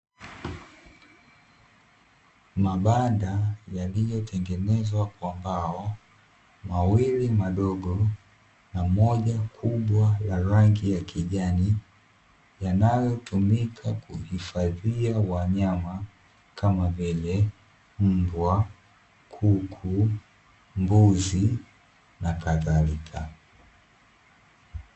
Mabanda yaliyotengenezwa kwa mbao, mawili madogo na moja kubwa la rangi ya kijani, yanayotumika kuhifadhia wanyama, kama vile; mbwa, kuku, mbuzi na kadhalika.